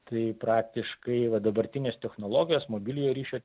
tai praktiškai va dabartinės technologijos mobiliojo ryšio